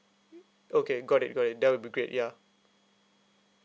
okay got it got it that'll be great ya